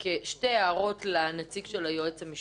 שתי הערות לנציג של היועץ המשפטי.